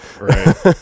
Right